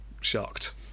shocked